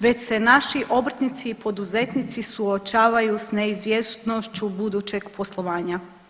već se naši obrtnici i poduzetnici suočavaju s neizvjesnošću budućeg poslovanja.